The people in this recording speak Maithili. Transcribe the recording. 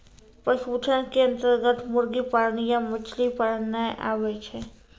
पशुधन के अन्तर्गत मुर्गी पालन या मछली पालन नाय आबै छै